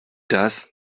das